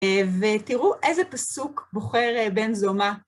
ותראו איזה פסוק בוחר בן זומה.